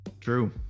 True